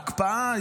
ההקפאה,